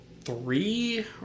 three